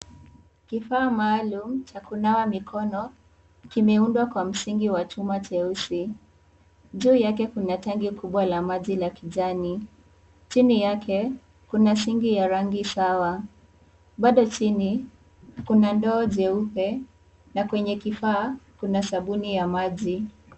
Kifaa maalumu cha kunawa mikono. Kimeundwa kwa msingi wa chuma cheusi. Juu yake kuna tanki kubwa la maji la kijani. Chini yake kuna sinki ya rangi sawa. Bado chini kuna ndoo jeupe na kwenye kifaa kuna sabuni ya maji.